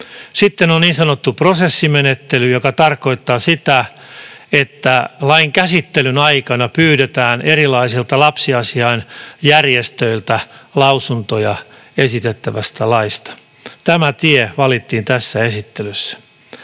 Sitten on niin sanottu prosessimenettely, joka tarkoittaa sitä, että lain käsittelyn aikana pyydetään erilaisilta lapsiasiainjärjestöiltä lausuntoja esitettävästä laista. Tämä tie valittiin tämän käsittelyssä.